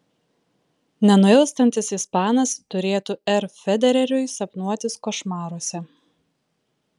nenuilstantis ispanas turėtų r federeriui sapnuotis košmaruose